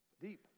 Deep